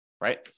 right